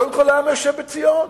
קודם כול לעם היושב בציון,